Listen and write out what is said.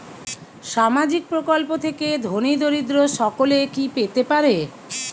সামাজিক প্রকল্প থেকে ধনী দরিদ্র সকলে কি পেতে পারে?